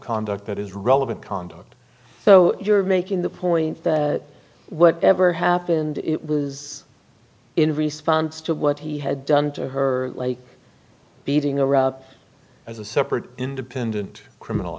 conduct that is relevant conduct so you're making the point that whatever happened it was in response to what he had done to her like beating a rat as a separate independent criminal